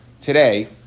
today